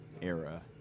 era